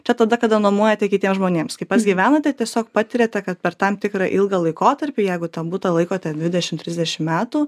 čia tada kada nuomojate kitiems žmonėms kai pats gyvenate tiesiog patiriate kad per tam tikrą ilgą laikotarpį jeigu tą butą laikote dvidešimt trisdešimt metų